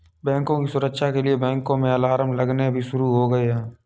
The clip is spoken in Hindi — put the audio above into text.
बैंकों की सुरक्षा के लिए बैंकों में अलार्म लगने भी शुरू हो गए हैं